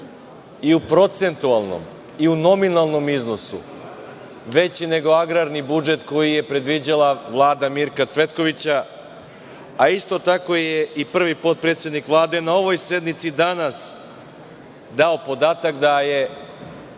i u procenutalnom i u nominalnom iznosu veći nego agrarni budžet koji je predviđala Vlada Mirka Cvetkovića. Isto tako je i prvi potpredsednik Vlade na ovoj sednici danas dao podatak da je